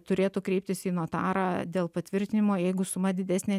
turėtų kreiptis į notarą dėl patvirtinimo jeigu suma didesnė